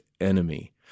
enemy